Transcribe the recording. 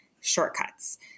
shortcuts